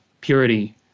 purity